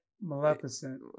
maleficent